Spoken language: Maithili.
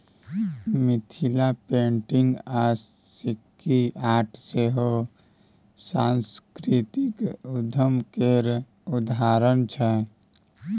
मिथिला पेंटिंग आ सिक्की आर्ट सेहो सास्कृतिक उद्यम केर उदाहरण छै